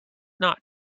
not